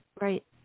right